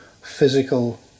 physical